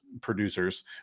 producers